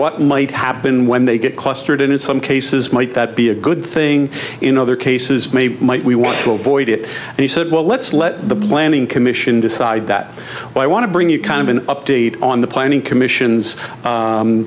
what might happen when they get clustered in some cases might that be a good thing in other cases maybe might we want to avoid it and he said well let's let the planning commission decide that but i want to bring you kind of an update on the planning commission's